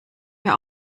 wir